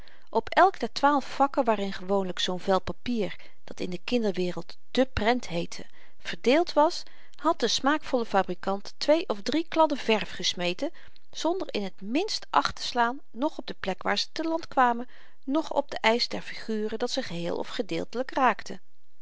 op elk der twaalf vakken waarin gewoonlyk zoo'n vel papier dat in de kinderwereld de prent heette verdeeld was had de smaakvolle fabrikant twee of drie kladden verf gesmeten zonder in t minst acht te slaan noch op de plek waar ze te land kwamen noch op den eisch der figuren die ze geheel of gedeeltelyk raakten